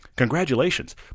Congratulations